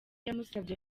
yamusabye